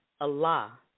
Allah